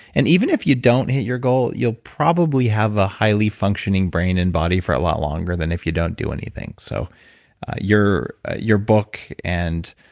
and even if you don't hit your goal you'll probably have a highly functioning brain and body for a lot longer than if you don't do anything. so your your book and